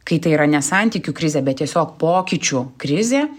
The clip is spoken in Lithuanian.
kai tai yra ne santykių krizė bet tiesiog pokyčių krizė